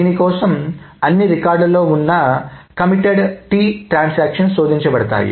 దీని కోసం అన్ని రికార్డులలో ఉన్న కమిటెడ్ కమిట్ T ట్రాన్సాక్షన్స్ శోధించ బడతాయి